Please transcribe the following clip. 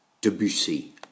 Debussy